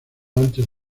antes